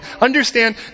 Understand